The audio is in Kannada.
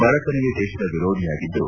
ಬಡತನವೇ ದೇಶದ ವಿರೋಧಿಯಾಗಿದ್ದು